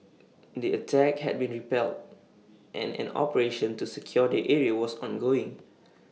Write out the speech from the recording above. the attack had been repelled and an operation to secure the area was ongoing